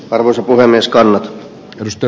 arvoisa puhemieskaan pysty